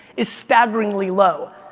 is staggeringly low.